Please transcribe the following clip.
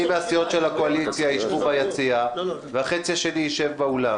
מהסיעות של הקואליציה יישבו ביציע והחצי השני יישב באולם.